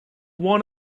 one